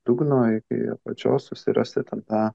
dugno iki apačios susirasti ten tą